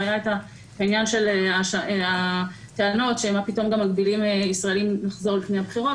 והיה העניין של הטענות שמה פתאום מגבילים ישראלים לחזור לפני הבחירות